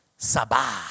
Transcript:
Sabah